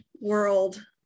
world